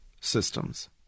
Systems